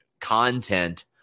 content